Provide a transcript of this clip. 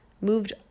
moved